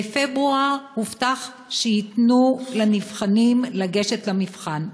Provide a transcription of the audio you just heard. בפברואר הובטח שייתנו לנבחנים לגשת למבחן.